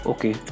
Okay